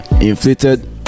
inflated